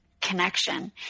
connection